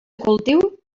cultiu